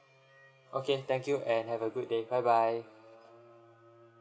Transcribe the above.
okay thank you and have a good day bye bye